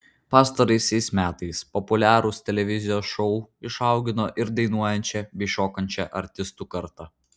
pastaraisiais metais populiarūs televizijos šou išaugino ir dainuojančią bei šokančią artistų kartą